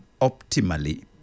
optimally